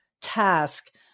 task